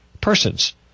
persons